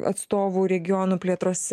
atstovų regionų plėtros